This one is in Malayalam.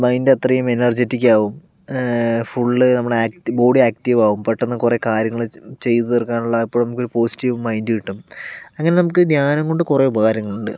മൈൻഡ് അത്രയും എനർജറ്റിക്കാവും ഫുൾ നമ്മൾ ആക്റ്റ് ബോഡി ആക്ടീവ് ആകും പെട്ടെന്ന് കുറെ കാര്യങ്ങൾ ചെയ്ത് തീർക്കാനുള്ള എപ്പോഴും നമുക്കൊരു പോസിറ്റീവ് മൈൻഡ് കിട്ടും അങ്ങനെ നമുക്ക് ധ്യാനം കൊണ്ട് കുറെ ഉപകാരങ്ങളുണ്ട്